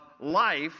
life